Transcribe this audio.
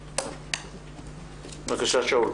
בבקשה, שאול.